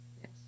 Yes